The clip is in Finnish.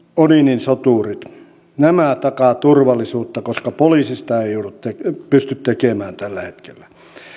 odinin soturit nämä takaavat turvallisuutta koska poliisi sitä ei pysty tekemään tällä hetkellä